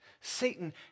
Satan